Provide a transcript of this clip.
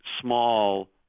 small